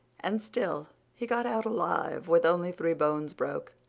and still he got out alive, with only three bones broke.